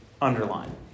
underline